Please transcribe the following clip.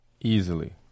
Easily